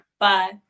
Bye